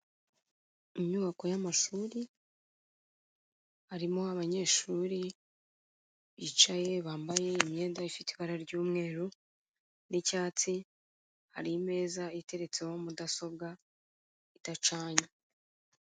Inyubako y'amashuri, harimo abanyeshuri, bicaye bambaye imyenda ifite ibara ry'umweru n'icyatsi, hari imeza iteretseho mudasobwa idacanye.